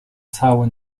cały